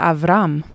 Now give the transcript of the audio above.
Avram